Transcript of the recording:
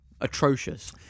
atrocious